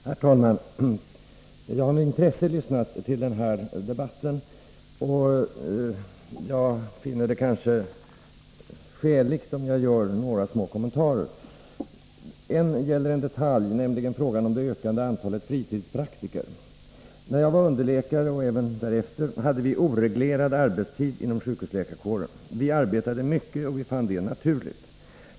Herr talman! Jag har med intresse lyssnat till den här debatten och finner det skäligt att göra några små kommentarer. En gäller en detalj, nämligen frågan om det ökande antalet fritidspraktiker. När jag var underläkare och även under tiden därefter hade vi oreglerad arbetstid inom sjukhusläkarkåren. Vi arbetade mycket och fann det naturligt.